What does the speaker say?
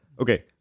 Okay